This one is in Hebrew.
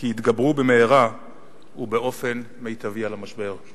כי יתגברו במהרה ובאופן מיטבי על המשבר.